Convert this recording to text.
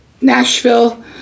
Nashville